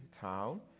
town